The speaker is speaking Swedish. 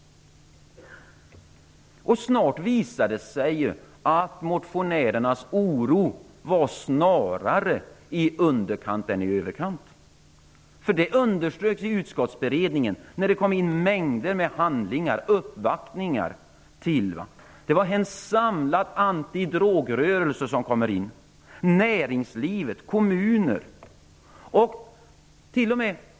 Snart visade det sig att motionärernas oro snarare var i underkant än i överkant. Det underströks i utskottsberedningen. Det kom in massor av handlingar. Och vi uppvaktades av en samlad antidrogrörelse, näringslivet och kommuner.